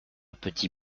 petit